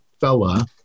fella